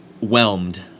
whelmed